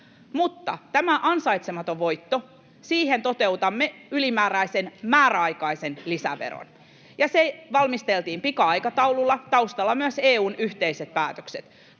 Mutta tähän ansaitsemattomaan voittoon toteutamme ylimääräisen määräaikaisen lisäveron. Se valmisteltiin pika-aikataululla, taustalla myös EU:n yhteiset päätökset.